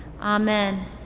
Amen